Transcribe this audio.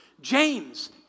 James